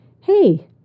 Hey